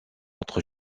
notre